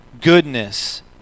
goodness